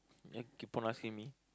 ya keep on asking me